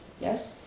Yes